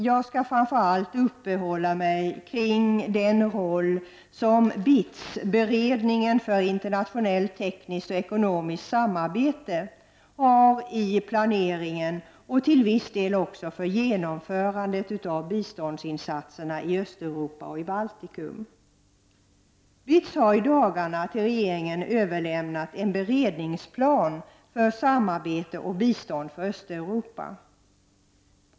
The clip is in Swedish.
Jag skall framför allt uppehålla mig vid den roll BITS — beredningen för internationellt tekniskt-ekonomiskt samarbete — har i planeringen och till viss del också för genomförandet av biståndsinsatserna i Östeuropa och Baltikum. BITS har i dagarna till regeringen överlämnat en beredningsplan för samarbete och bistånd för Östeuropa.